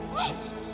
Jesus